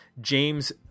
James